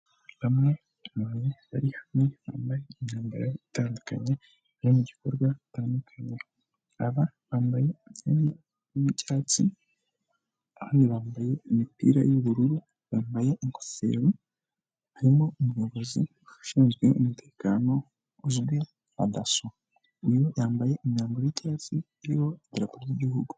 Mamwe mu bantu bari hano bambaye imyambaro itandukanye bari mu bikorwa bitandukanye. Aba bambaye imyenda y'icyatsi abandi bambaye imipira y'ubururu, bambaye ingofero, harimo umuyobozi ushinzwe umutekano uzwi nka daso. Uyu yambaye imyambaro y'icyatsi iriho idarapo ry'igihugu.